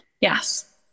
Yes